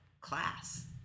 class